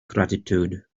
gratitude